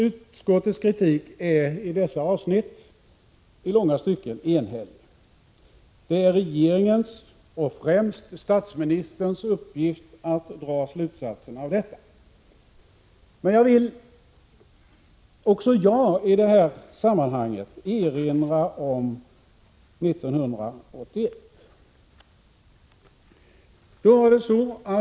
Utskottets kritik i dessa avsnitt är i långa stycken enhällig. Det är regeringens och främst statsministerns uppgift att dra slutsatserna av detta. Här vill också jag erinra om granskningen 1981.